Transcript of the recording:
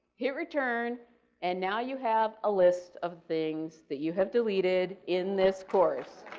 here we turn and now you have a list of things that you have deleted in this course.